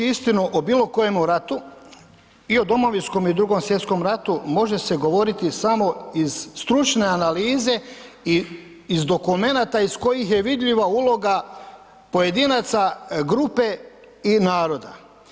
Govoriti istinu o bilo kojemu ratu i o Domovinskom i Drugom svjetskom ratu može se govoriti samo iz stručne analize i iz dokumenata iz kojih je vidljiva uloga pojedinaca, grupe i naroda.